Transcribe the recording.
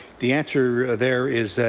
the answer there is that,